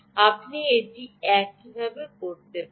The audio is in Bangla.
আপনি এটি এইভাবে করতে পারেন